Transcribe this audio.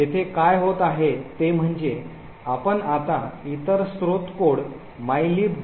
येथे काय होत आहे ते म्हणजे आपण आता इतर स्त्रोत कोड mylib